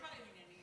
רק דברים ענייניים.